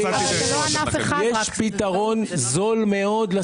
יש פתרון זול מאוד.